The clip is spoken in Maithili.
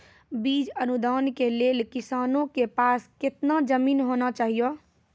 बीज अनुदान के लेल किसानों के पास केतना जमीन होना चहियों?